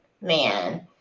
man